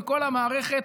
וכל המערכת